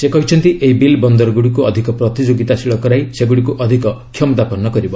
ସେ କହିଛନ୍ତି ଏହି ବିଲ୍ ବନ୍ଦରଗୁଡ଼ିକୁ ଅଧିକ ପ୍ରତିଯୋଗୀତାଶୀଳ କରାଇ ସେଗୁଡ଼ିକୁ ଅଧିକ କ୍ଷମତାପନ୍ନ କରିବ